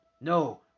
No